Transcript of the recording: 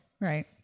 Right